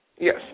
Yes